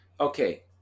Okay